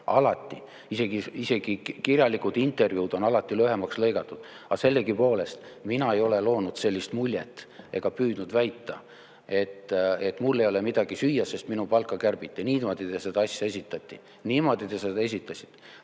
lõigatud. Isegi kirjalikud intervjuud on alati lühemaks lõigatud. Mina ei ole loonud sellist muljet ega ole püüdnud väita, et mul ei ole midagi süüa, sest minu palka kärbiti. Niimoodi seda asja esitati, niimoodi te seda esitasite.